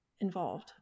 involved